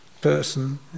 person